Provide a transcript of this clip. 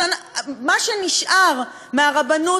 אז מה שנשאר מהרבנות,